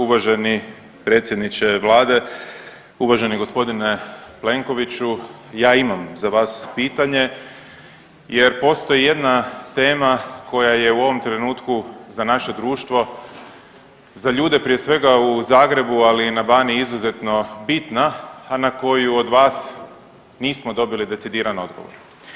Uvaženi predsjedniče vlade, uvaženi gospodine Plenkoviću, ja imam za vas pitanje jer postoji jedna tema koje je u ovom trenutku za naše društvo, za ljude prije svega u Zagrebu ali i na Baniji izuzetno bitna, a na koju od vas nismo dobili decidirani odgovor.